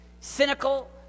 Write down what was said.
cynical